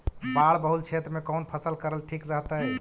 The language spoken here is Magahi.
बाढ़ बहुल क्षेत्र में कौन फसल करल ठीक रहतइ?